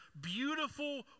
beautiful